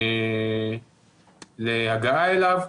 להגעה אליו.